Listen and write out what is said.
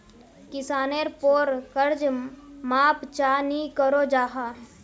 किसानेर पोर कर्ज माप चाँ नी करो जाहा?